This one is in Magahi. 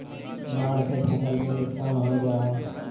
बाढ़ से फसल के नुकसान हो जा हइ